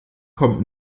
kommt